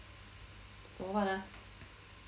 got what ah